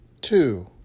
Two